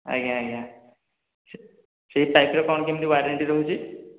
ଆଜ୍ଞା ଆଜ୍ଞା ସେ ପାଇପ୍ର କ'ଣ କେମିତି ୱାରେଣ୍ଟି ରହୁଛି